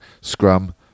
Scrum